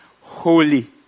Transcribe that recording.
Holy